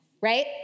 right